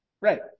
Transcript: Right